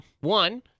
One